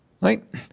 Right